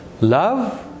Love